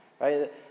right